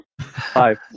Five